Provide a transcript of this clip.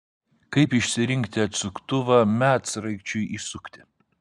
kaip išsirinkti atsuktuvą medsraigčiui įsukti